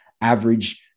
Average